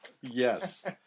Yes